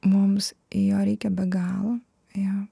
mums jo reikia be galo jo